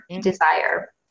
desire